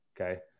Okay